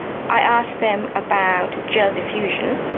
i asked them about gel diffusion,